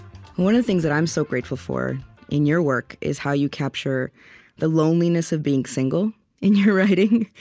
one of the things that i'm so grateful for in your work is how you capture the loneliness of being single in your writing.